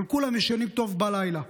אבל כולם ישנים טוב בלילה.